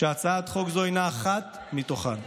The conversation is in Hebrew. והצעת חוק זו הינה אחת מתוכם.